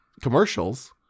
commercials